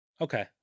Okay